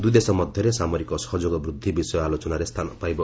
ଦୁଇଦେଶ ମଧ୍ୟରେ ସାମରିକ ସହଯୋଗ ବୃଦ୍ଧି ବିଷୟ ଆଲୋଚନରେ ସ୍ଥାନ ପାଇବ